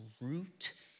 root